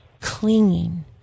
clinging